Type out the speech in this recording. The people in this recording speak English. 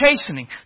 chastening